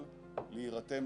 מח"טים,